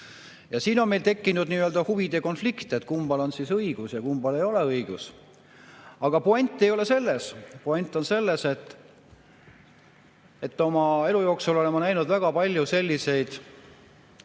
Siin on meil tekkinud nii-öelda huvide konflikt: kummal on õigus ja kummal ei ole õigus. Aga puänt ei ole selles. Puänt on selles, et oma elu jooksul olen ma näinud väga palju selliseid